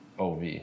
OV